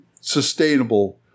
sustainable